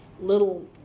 little